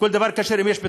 כל דבר כשר אם יש ביטחון?